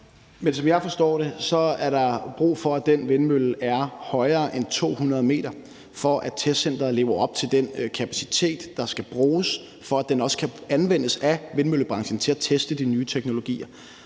Som jeg forstår det, er der brug for, at den vindmølle er højere end 200 m, for at testcenteret lever op til den kapacitet, der skal bruges, og for at den også kan anvendes af vindmøllebranchen til at teste de nye teknologier.